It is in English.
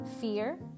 fear